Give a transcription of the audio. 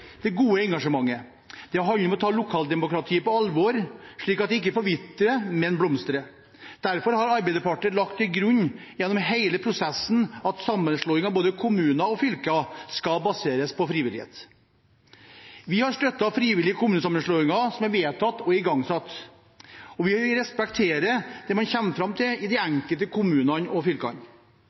det gode engasjementet? Det handler om å ta lokaldemokratiet på alvor, slik at det ikke forvitrer, men blomstrer. Derfor har Arbeiderpartiet lagt til grunn gjennom hele prosessen at sammenslåing av både kommuner og fylker skal baseres på frivillighet. Vi har støttet frivillige kommunesammenslåinger som er vedtatt og igangsatt, og vi respekterer det man kommer fram til i de enkelte kommunene og fylkene.